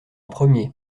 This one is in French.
premier